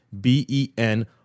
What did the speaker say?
B-E-N